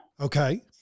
okay